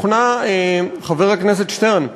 חבר הכנסת שטרן,